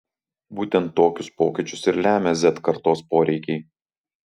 būtent tokius pokyčius ir lemia z kartos poreikiai